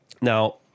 Now